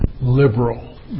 liberal